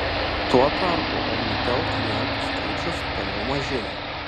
tuo tarpu omnitel klientų skaičius toliau mažėja